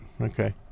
Okay